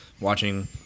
watching